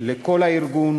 לכל הארגון